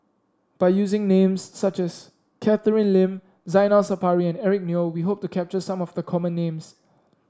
by using names such as Catherine Lim Zainal Sapari and Eric Neo we hope to capture some of the common names